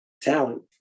talent